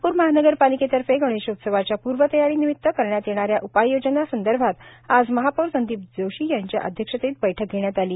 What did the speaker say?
नागप्र महानगरपालिकेतर्फे गणेशोत्सवाच्या पूर्वतयारी निमित्त करण्यात येणा या उपाययोजना संदर्भात आज महापौर संदीप जोशी यांच्या अध्यक्षतेत बैठक घेण्यात आली